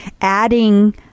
adding